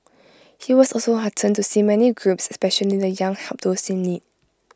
he was also heartened to see many groups especially the young help those in need